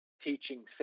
teaching